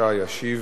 ישיב